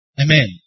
Amen